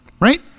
right